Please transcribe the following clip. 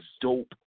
dope